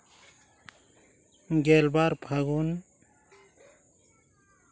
ᱜᱮᱞᱵᱟᱨ ᱯᱷᱟᱹᱜᱩᱱ